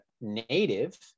native